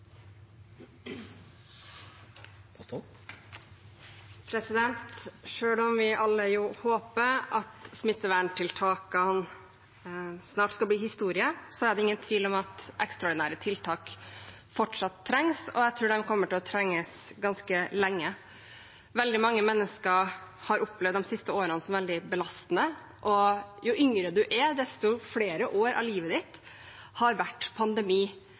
det ingen tvil om at ekstraordinære tiltak fortsatt trengs, og jeg tror de kommer til å trenges ganske lenge. Veldig mange mennesker har opplevd de siste årene som veldig belastende, og jo yngre man er, desto flere år av livet ditt har vært pandemi